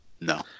No